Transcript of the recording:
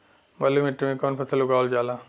बलुई मिट्टी में कवन फसल उगावल जाला?